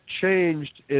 changed